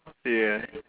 ya